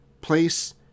place